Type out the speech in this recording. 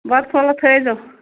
بَتہٕ پھولہ تھٲیزیو